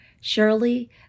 Surely